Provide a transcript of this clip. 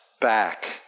back